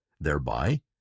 thereby